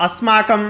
अस्माकं